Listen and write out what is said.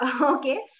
Okay